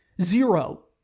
Zero